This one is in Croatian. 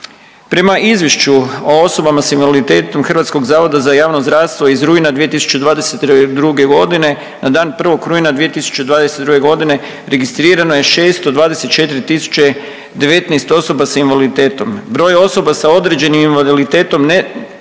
Prema Izvješću o osobama s invaliditetom HZJZ-a iz rujna 2022. g. na dan 1. rujna 2022. g. registrirano je 624 019 osoba s invaliditetom, broj osoba sa određenim invaliditetom ne,